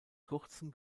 kurzen